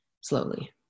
slowly